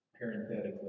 parenthetically